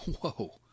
Whoa